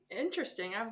Interesting